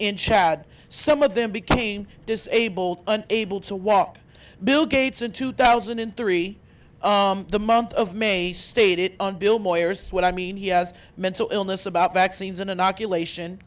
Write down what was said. in chad some of them became disabled and able to walk bill gates in two thousand and three the month of may state it and bill moyers what i mean he has mental illness about vaccines an inoculation